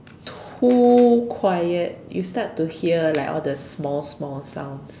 too quiet you start to hear like all the small smalls sounds